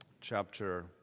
chapter